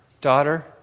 Daughter